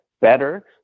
better